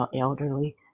elderly